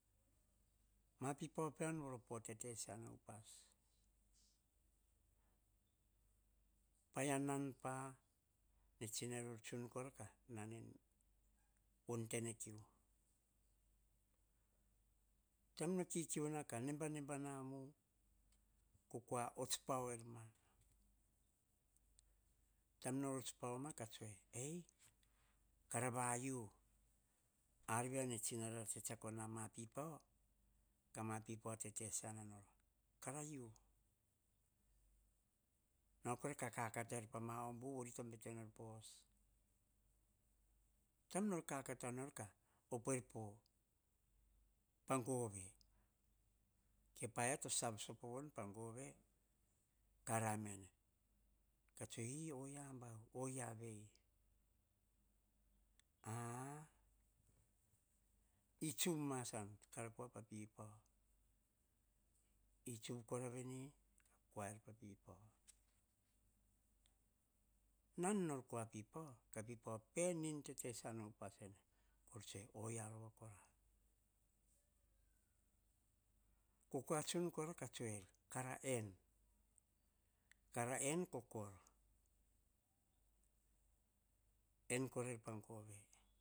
Ma pipau peam voro teteisiana upas. Paia nan pa, tsina rior tsun kora ka, nane von tenkiu. Taim no kikiu na ka nembana mu, ko kua ots pau er ma, taim nor ots pau ma ka tsue, kara va yiu, ar via ne tsina nara tse tsiako na ma pipau, ka ma pipau teteisiana nor, kara yiu. Nair kora ka kakata ma ombu vori bete nor po os. Taim nor kakata nor, opueir po, pa gove. Ke paia to sav sopo pa gove, ka ramene. e, e, oyiam bau, oyia ve hi, a-a itsuvu ma sam, kara kua a pipau. I tsuvu kora veni, nan nor kua pipau, ka pipau pe nin teteisiana upas sene. Oyia rova kora. Ko kua tsun kora ka sue er en, kara en ka koro. En korair pa gove.